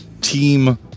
team